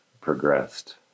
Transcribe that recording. progressed